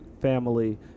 family